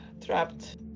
trapped